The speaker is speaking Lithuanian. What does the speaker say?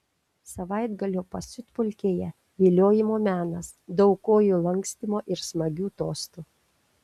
savaitgalio pasiutpolkėje viliojimo menas daug kojų lankstymo ir smagių tostų